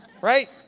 Right